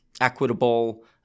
equitable